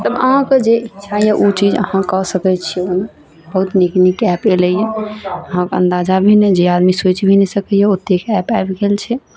तब अहाँके जे इक्षा यऽ ओ चीज अहाँ कऽ सकैत छियै ओहिमे बहुत नीक नीक एप एलैए अहाँके अन्दाजा भी नहि जे आदमी सोचि भी नहि सकैए ओतेक एप्प आबि गेल छै